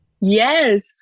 Yes